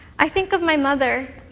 i think of my mother,